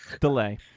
delay